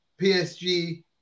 PSG